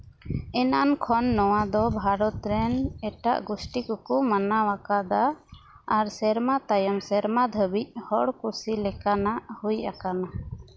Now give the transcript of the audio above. ᱮᱱᱟᱱ ᱠᱷᱚᱱ ᱱᱚᱣᱟ ᱫᱚ ᱵᱷᱟᱨᱚᱛ ᱨᱮᱱ ᱮᱴᱟᱜ ᱜᱩᱥᱴᱤ ᱠᱚᱠᱚ ᱢᱟᱱᱟᱣ ᱟᱠᱟᱫᱟ ᱟᱨ ᱥᱮᱨᱢᱟ ᱛᱟᱭᱚᱢ ᱥᱮᱨᱢᱟ ᱫᱷᱟᱹᱵᱤᱡ ᱦᱚᱲ ᱠᱩᱥᱤ ᱞᱮᱠᱟᱱᱟᱜ ᱦᱩᱭ ᱟᱠᱟᱱᱟ